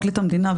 פרקליט המדינה,